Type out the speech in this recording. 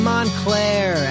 Montclair